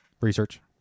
Research